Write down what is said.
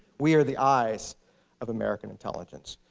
we are the eyes of american intelligence.